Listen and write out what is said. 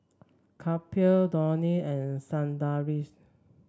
Kapil Dhoni and Sundaresh